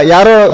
Yaro